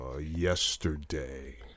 yesterday